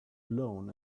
blown